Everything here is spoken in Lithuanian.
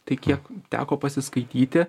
tai kiek teko pasiskaityti